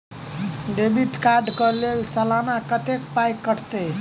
Debit card कऽ लेल सलाना कत्तेक पाई कटतै?